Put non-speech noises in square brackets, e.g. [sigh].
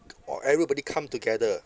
[noise] !wah! everybody come together